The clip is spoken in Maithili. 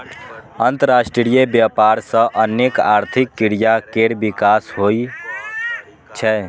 अंतरराष्ट्रीय व्यापार सं अनेक आर्थिक क्रिया केर विकास होइ छै